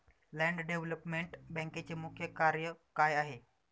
Land development बँकेचे मुख्य कार्य काय आहे?